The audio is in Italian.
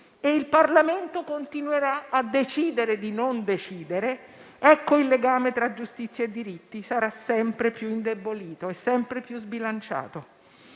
e il Parlamento continuerà a decidere di non decidere, il legame tra giustizia e diritti sarà sempre più indebolito e sempre più sbilanciato.